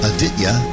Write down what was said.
Aditya